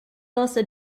also